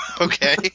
Okay